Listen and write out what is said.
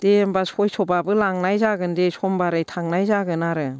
दे होनबा सयस'बाबो लांनाय जागोन दे समबारै थांनाय जागोन आरो